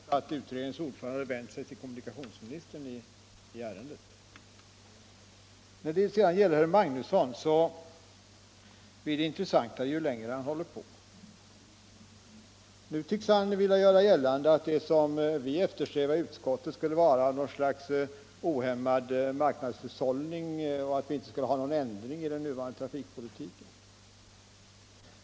Herr talman! Jag påtalade det förhållandet att utredningens ordförande vänt sig till kommunikationsministern i ärendet. När det sedan gäller herr Magnusson i Kristinehamn blir det intressantare ju längre han håller på. Nu tycks han vilja göra gällande att det som utskottsmajoriteten eftersträvar skulle vara något slags ohämmad marknadshushållning och att vi inte vill ha någon ändring i nuvarande trafikpolitik.